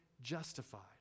justified